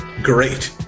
Great